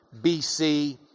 BC